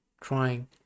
trying